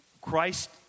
Christ